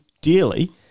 dearly